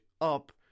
up